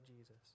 Jesus